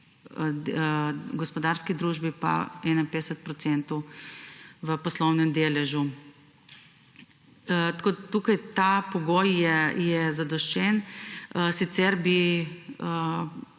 gospodarski družbi pa 51 % v poslovnem deležu. Temu pogoju je zadoščeno, sicer bi